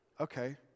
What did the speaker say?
Okay